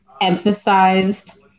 emphasized